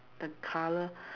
the colour